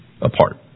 apart